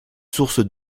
source